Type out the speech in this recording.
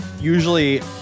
usually